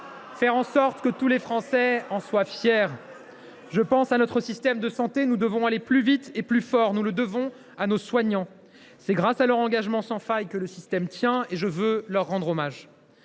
ferons en sorte que tous les Français en soient fiers. Je pense à notre système de santé : nous devons aller plus vite et plus fort ; nous le devons à nos soignants. C’est grâce à leur engagement sans faille que le système tient, et je veux leur rendre hommage.